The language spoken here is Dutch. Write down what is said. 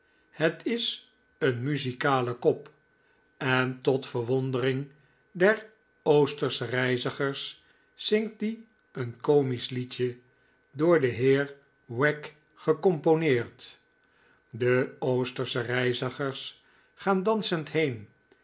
het is een muzikale kop en tot verwondering der oostersche reizigers zingt die een komisch liedje door den heer wagg gecomponeerd de oostersche reizigers gaan dansend heen